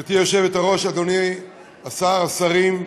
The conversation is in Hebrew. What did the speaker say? גברתי היושבת-ראש, רבותי השרים,